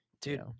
dude